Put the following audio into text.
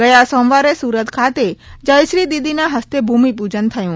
ગયા સોમવારે સુરત ખાતે જયશ્રી દીદીનાં હસ્તે ભૂમિપૂજન થયું